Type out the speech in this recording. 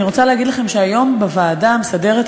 אני רוצה להגיד לכם שהיום בוועדה המסדרת,